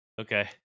Okay